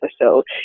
episode